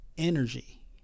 energy